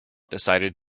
decided